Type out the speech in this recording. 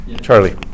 Charlie